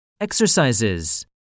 Exercises